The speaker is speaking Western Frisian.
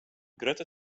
grutte